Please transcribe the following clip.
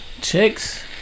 Chicks